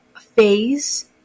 phase